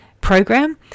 program